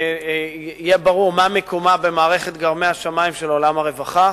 שיהיה ברור מה מקומה במערכת גרמי השמים של עולם הרווחה.